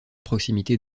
proximité